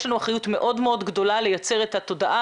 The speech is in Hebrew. יש לנו אחריות מאוד מאוד גדולה לייצר את התודעה